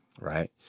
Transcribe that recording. right